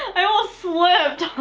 i almost slipped.